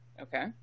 Okay